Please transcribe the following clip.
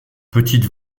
petite